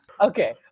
Okay